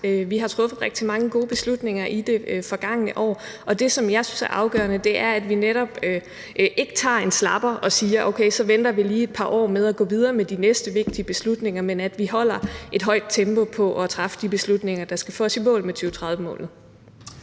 Vi har truffet rigtig mange gode beslutninger her i det forgangne år, og det, som jeg synes er afgørende, er, at vi netop ikke tager en slapper og siger: Okay, så venter vi lige et par år med at gå videre med de næste vigtige beslutninger. Men vi holder et højt tempo i forhold til at træffe de beslutninger, der skal få os i mål med at